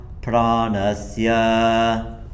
pranasya